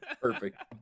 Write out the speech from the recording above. Perfect